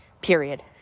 period